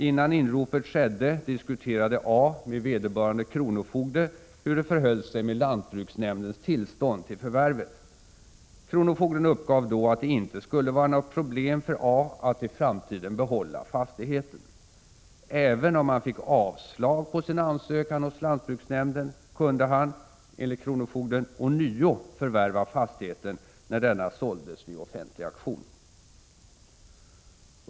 Innan inropet skedde, diskuterade A med vederbörande kronofogde hur det förhöll sig med lantbruksnämndens tillstånd till förvärvet. Kronofogden uppgav då att det ej skulle vara några problem för A att i framtiden behålla fastigheten. Även om han fick avslag på sin ansökan hos lantbruksnämnden, kunde han — enligt kronofogden — ånyo förvärva fastigheten när denna såldes vid offentlig auktion.